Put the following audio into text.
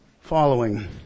following